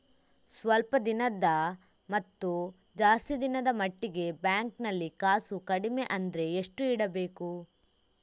ಸ್ವಲ್ಪ ದಿನದ ಮತ್ತು ಜಾಸ್ತಿ ದಿನದ ಮಟ್ಟಿಗೆ ಬ್ಯಾಂಕ್ ನಲ್ಲಿ ಕಾಸು ಕಡಿಮೆ ಅಂದ್ರೆ ಎಷ್ಟು ಇಡಬೇಕು?